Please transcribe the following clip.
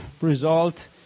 result